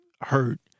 hurt